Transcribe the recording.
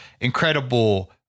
incredible